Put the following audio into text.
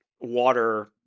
water